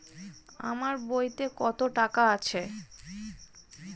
আমার বইতে কত টাকা আছে?